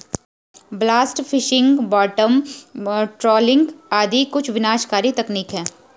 blast fishing, bottom trawling आदि कुछ विनाशकारी तकनीक है